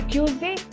Tuesday